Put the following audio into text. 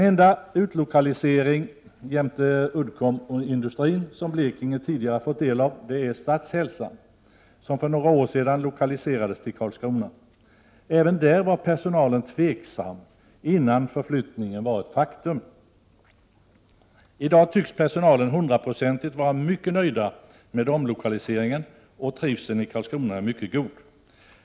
Den enda utlokalisering förutom Uddcomb som Blekinge tidigare fått del av är Statshälsan, som för några år sedan lokaliserades till Karlskrona. Även då var personalen tveksam innan förflyttningen var ett faktum, men i dag tycks personalen 100-procentigt vara mycket nöjd med omlokaliseringen, och trivseln i Karlskrona är mycket god.